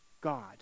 God